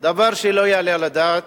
דבר שלא יעלה על הדעת.